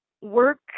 work